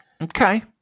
Okay